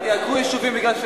יעקרו יישובים בגלל,